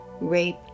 rape